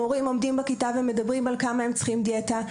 זה שמורים עומדים בכיתה ומדברים על כמה הם צריכים דיאטה,